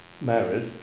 married